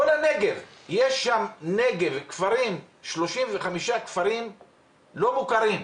בכל הנגב יש 35 כפרים לא מוכרים,